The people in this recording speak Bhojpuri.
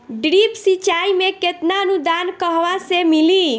ड्रिप सिंचाई मे केतना अनुदान कहवा से मिली?